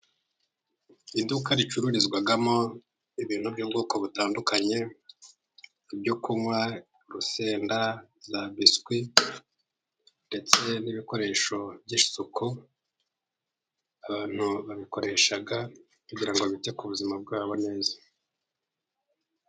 Uduka ricururizwamo ibintu by'ubwoko butandukanye ibyo kunywa, urusenda , biswi ndetse n'ibikoresho by'isuku abantu babikoresha kugira bite ku buzima bwabo neza.